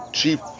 cheap